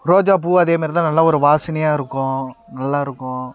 ரோஜாப்பூவும் அதேமாதிரி தான் நல்லா ஒரு வாசனையாக இருக்கும் நல்லா இருக்கும்